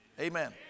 Amen